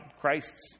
Christ's